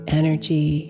energy